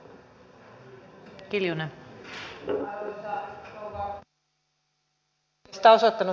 arvoisa rouva puhemies